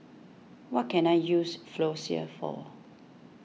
what can I use Floxia for